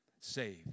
saved